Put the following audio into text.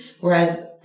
Whereas